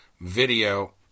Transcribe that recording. video